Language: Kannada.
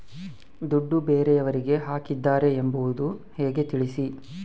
ದುಡ್ಡು ಬೇರೆಯವರಿಗೆ ಹಾಕಿದ್ದಾರೆ ಎಂಬುದು ಹೇಗೆ ತಿಳಿಸಿ?